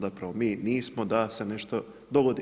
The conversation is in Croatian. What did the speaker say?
Zapravo mi nismo da se nešto dogodi.